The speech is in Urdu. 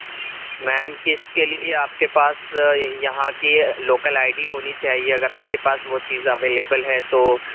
میم قسط کے لیے آپ کے پاس یہاں کی لوکل آئی ڈی ہونی چاہیے اگر آپ کے پاس وہ چیز اویلیبل ہے تو